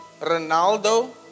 Ronaldo